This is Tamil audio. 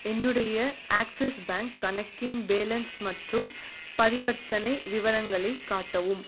என்னுடைய ஆக்ஸிஸ் பேங்க் கணக்கின் பேலன்ஸ் மற்றும் பரிவர்த்தனை விவரங்களை காட்டவும்